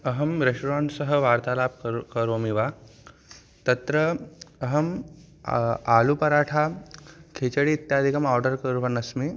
अहं रेस्टोरेण्ट् सह वार्तालापं कर् करोमि वा तत्र अहम् आलूपराठा खिचडि इत्यादिकम् आर्डर् कुर्वन्नस्मि